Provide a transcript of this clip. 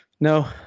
No